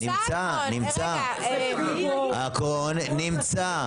נמצא, הכול נמצא.